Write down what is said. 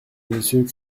monsieur